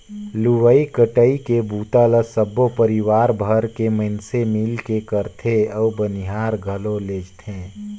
लुवई कटई के बूता ल सबो परिवार भर के मइनसे मिलके करथे अउ बनियार घलो लेजथें